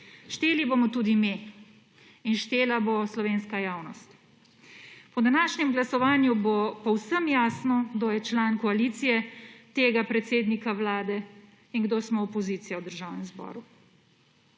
Šteli bomo tudi mi, in štela bo slovenska javnost. Po današnjem glasovanju bo povsem jasno, kdo je član koalicije tega predsednika Vlade in kdo smo opozicija v Državnem zboru.